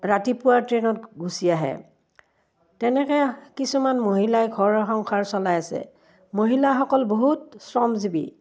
ৰাতিপুৱা ট্ৰেইনত গুচি আহে তেনেকৈ কিছুমান মহিলাই ঘৰ সংসাৰ চলাই আছে মহিলাসকল বহুত শ্ৰমজীৱী